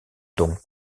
donc